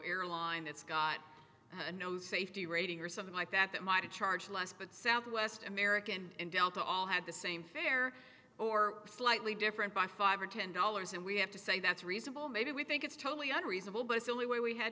airline that's got a no safety rating or something like that that might charge less but southwest american and delta all have the same fare or slightly different by five or ten dollars and we have to say that's reasonable maybe we think it's totally unreasonable but it's only way we had